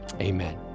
amen